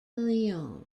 leone